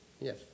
Yes